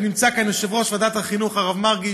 ונמצא כאן יושב-ראש ועדת החינוך הרב מרגי,